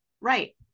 Right